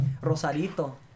Rosarito